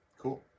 Cool